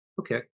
Okay